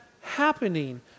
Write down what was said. happening